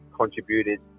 contributed